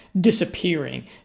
disappearing